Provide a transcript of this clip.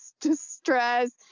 distress